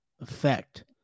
effect